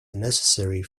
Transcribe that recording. unnecessary